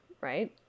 right